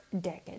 decade